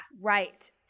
right